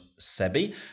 SEBI